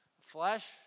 flesh